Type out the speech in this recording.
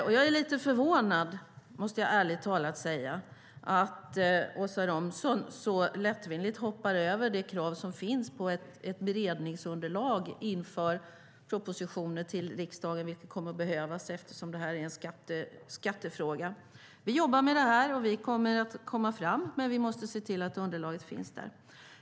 Jag måste ärligt talat säga att jag är lite förvånad över att Åsa Romson så lättvindigt hoppar över det krav som finns på ett beredningsunderlag för propositioner till riksdagen vilket kommer att behövas eftersom det är en skattefråga. Vi jobbar med det här, och vi kommer att komma fram. Men vi måste se till att underlaget finns där.